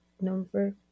number